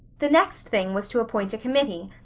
the next thing was to appoint a committee,